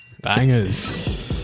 Bangers